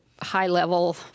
high-level